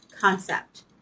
concept